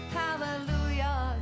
hallelujah